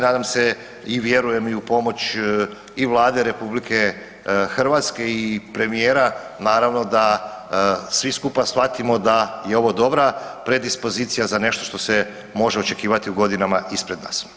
Nadam se i vjerujem i u pomoć i Vlade RH i premijera, naravno da svi skupa shvatimo da je ovo dobra predispozicija za nešto što se može očekivati u godina ispred nas.